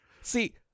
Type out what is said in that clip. See